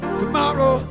tomorrow